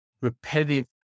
repetitive